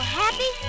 happy